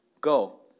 Go